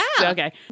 Okay